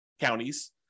counties